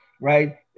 right